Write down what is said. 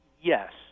Yes